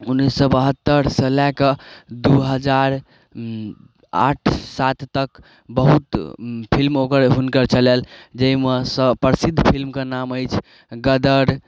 उन्नैस सँ बहत्तरि सँ लए कऽ दू हजार आठ सात तक बहुत फिल्म ओकर हुनकर चलल जाहिमे सँ प्रसिद्ध फिल्मके नाम अछि गदर